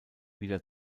wieder